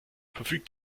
verfügt